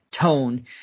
tone